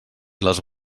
les